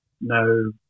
no